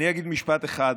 אגיד משפט אחד: